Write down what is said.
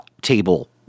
table